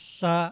sa